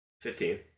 fifteen